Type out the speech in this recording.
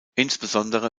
insbesondere